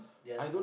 yes